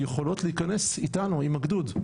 יכולות להיכנס איתנו עם הגדוד',